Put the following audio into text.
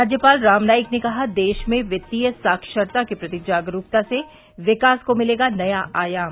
राज्यपाल राम नाईक ने कहा देश में वित्तीय साक्षरता के प्रति जागरूकता से विकास को मिलेगा नया आयाम